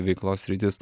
veiklos sritys